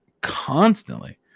Constantly